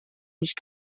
nicht